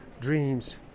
dreams